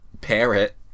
Parrot